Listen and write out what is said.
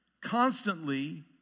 constantly